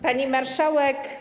Pani Marszałek!